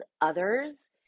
others